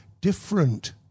different